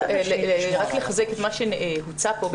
רק לחזק את מה שהוצע פה,